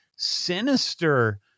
sinister